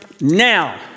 now